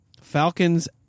falcons